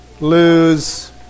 lose